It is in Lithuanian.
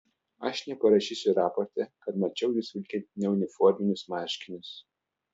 aš neparašysiu raporte kad mačiau jus vilkint neuniforminius marškinius